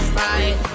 right